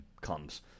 comes